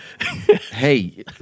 hey